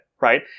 right